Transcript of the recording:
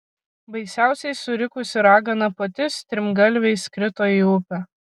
baisiausiai surikusi ragana pati strimgalviais krito į upę